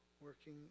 working